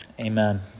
amen